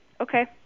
Okay